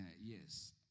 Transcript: Yes